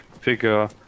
figure